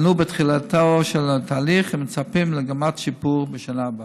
אנו בתחילתו של התהליך ומצפים למגמת שיפור בשנה הבאה.